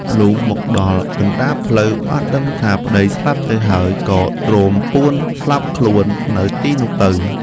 លុះមកដល់កណ្ដាលផ្លូវ បានដឹងថាប្ដីស្លាប់ទៅហើយ ក៏ទ្រោមពួនស្លាប់ខ្លួននៅទីនោះទៅ។